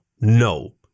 No